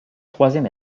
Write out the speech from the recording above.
troisième